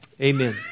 Amen